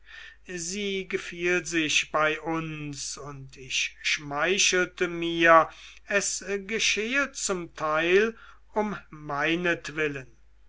sie gefiel sich bei uns und ich schmeichelte mir es geschehe zum teil um meinetwillen